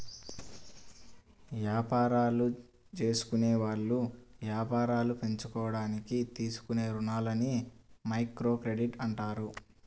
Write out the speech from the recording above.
యాపారాలు జేసుకునేవాళ్ళు యాపారాలు పెంచుకోడానికి తీసుకునే రుణాలని మైక్రోక్రెడిట్ అంటారు